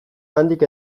handik